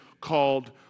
called